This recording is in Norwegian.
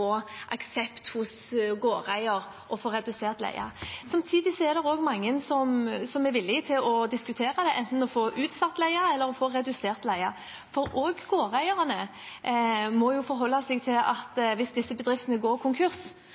aksept hos gårdeier for å få redusert leien. Samtidig er det også mange som er villige til å diskutere det, enten å få utsatt leien eller å få redusert den, for også gårdeierne må forholde seg til at hvis disse bedriftene går konkurs,